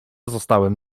zostałem